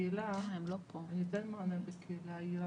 אירית לסקר ממשרד הבריאות מבקשת להבהיר